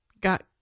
got